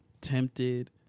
tempted